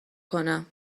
کنم